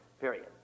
period